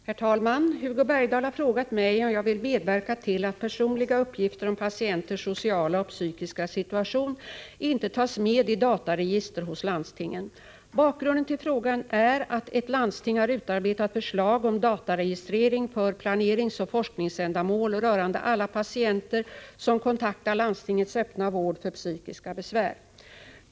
Herr talman! Hugo Bergdahl har frågat mig om jag vill medverka till att personliga uppgifter om patienters sociala och psykiska situation inte tas med i dataregister hos landstingen. Bakgrunden till frågan är att ett landsting har utarbetat förslag om dataregistrering för planeringsoch forskningsändamål rörande alla patienter som kontaktar landstingets öppna vård för psykiska besvär.